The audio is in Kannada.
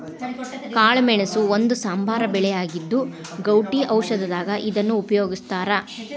ಕಾಳಮೆಣಸ ಒಂದು ಸಾಂಬಾರ ಬೆಳೆಯಾಗಿದ್ದು, ಗೌಟಿ ಔಷಧದಾಗ ಇದನ್ನ ಉಪಯೋಗಸ್ತಾರ